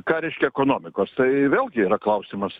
ką reiškia ekonomikos tai vėlgi yra klausimas